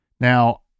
Now